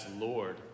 Lord